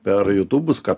per jūtūbus ką